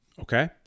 okay